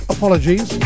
Apologies